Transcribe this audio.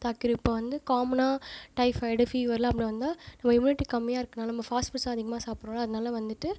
தாக்கிடும் இப்போ வந்து காமனாக டைஃபாய்டு ஃபீவர்லாம் அப்படி வந்தால் நம்ம இம்யூனிட்டி கம்மியாக இருக்கறதுனால நம்ம ஃபாஸ்ட் ஃபுட்ஸும் அதிகமாக சாப்புறோம்ல அதனால வந்துவிட்டு